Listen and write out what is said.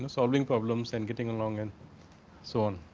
solving problems and getting along and so on.